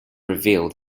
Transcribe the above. reveal